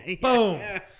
Boom